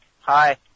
Hi